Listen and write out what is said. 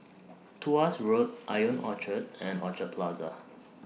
Tuas Road Ion Orchard and Orchard Plaza